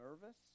nervous